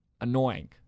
annoying